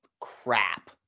crap